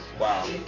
Wow